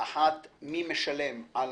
האחת, מי משלם על